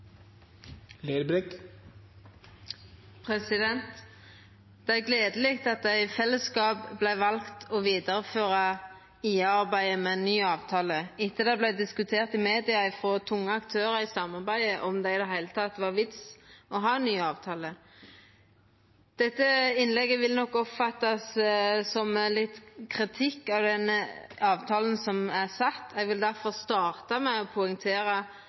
gode. Det er gledeleg at ein i fellesskap valde å vidareføra IA-arbeidet med ein ny avtale, etter at tunge aktørar i samarbeidet diskuterte i media om det i det heile var vits i å ha ein ny avtale. Dette innlegget vil nok verta oppfatta som litt kritikk av den avtalen som er sett. Eg vil difor starta med å poengtera